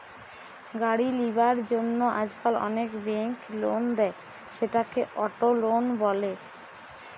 গাড়ি লিবার জন্য আজকাল অনেক বেঙ্ক লোন দেয়, সেটাকে অটো লোন বলে